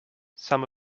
some